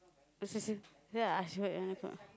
as as in then I ask you what you wanna cook